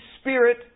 spirit